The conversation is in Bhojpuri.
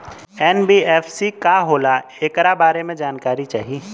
एन.बी.एफ.सी का होला ऐकरा बारे मे जानकारी चाही?